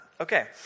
Okay